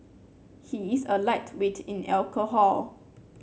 he is a lightweight in alcohol